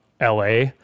LA